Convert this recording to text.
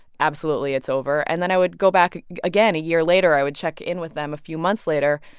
absolutely. it's over. and then i would go back again a year later. i would check in with them a few months later.